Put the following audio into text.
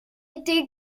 été